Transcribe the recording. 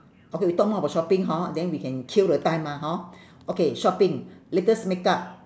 okay we talk more about shopping hor then we can kill the time mah hor okay shopping latest makeup